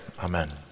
amen